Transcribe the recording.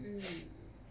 mm